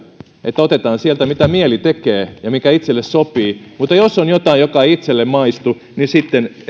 että otetaan sieltä mitä mieli tekee ja mikä itselle sopii mutta jos on jotain joka ei itselle maistu niin sitten